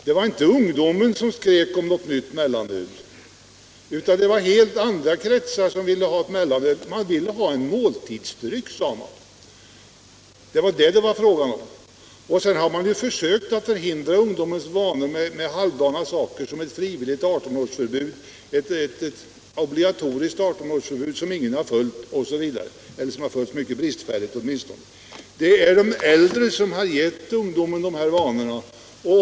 Det var inte ungdomen som skrek om ett nytt mellanöl, utan det var helt andra kretsar som ville ha ett mellanöl. Man ville ha en måltidsdryck, sade man. Sedan har man försökt hindra ungdomens vanor med halvdana åtgärder som ett frivilligt 18-årsförbud, ett obligatoriskt 18-årsförbud som inte har följts eller har följts mycket bristfälligt osv. Det är de äldre som har gett ungdomen dessa vanor.